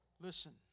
Listen